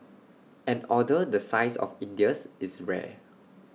an order the size of India's is rare